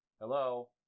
Hello